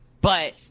but-